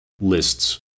lists